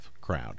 crowd